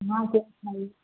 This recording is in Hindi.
हाँ तो खाई